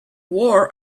war